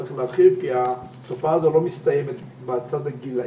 צריך להרחיב כי התופעה הזאת לא מסתיימת בגיל מסוים.